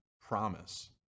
promise